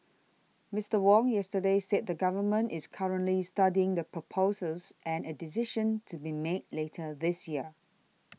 Mister Wong yesterday said the Government is currently studying the proposals and a decision to be made later this year